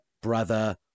brother